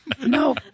No